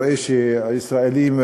רואה שהישראלים,